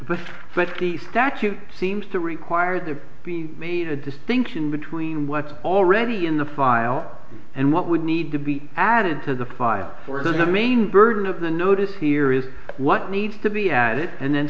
but but the statute seems to require there be made a distinction between what's already in the file and what would need to be added to the file or has the main burden of the notice here is what needs to be at it and then